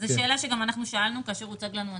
זה שאלה שגם אנחנו שאלנו כאשר הוצג לנו התיקון.